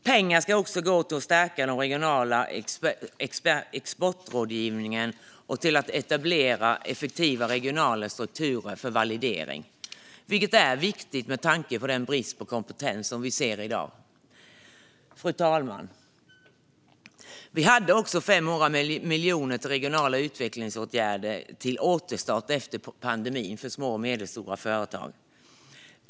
Pengar ska också gå till att stärka den regionala exportrådgivningen och till att etablera effektiva regionala strukturer för validering, vilket är viktigt med tanke på den brist på kompetens som vi ser i dag. Fru talman! Vi hade också 500 miljoner till regionala utvecklingsåtgärder för återstart efter pandemin för små och medelstora företag.